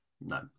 no